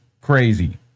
crazy